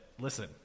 listen